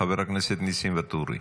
חבר הכנסת ניסים ואטורי.